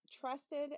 trusted